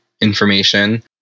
information